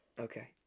Okay